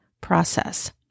process